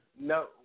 No